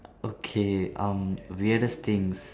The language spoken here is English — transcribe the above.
okay um weirdest things